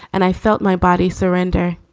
and i felt my body surrender.